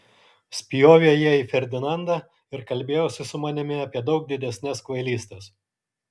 spjovė jie į ferdinandą ir kalbėjosi su manimi apie daug didesnes kvailystes